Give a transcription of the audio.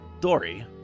Dory